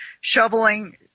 shoveling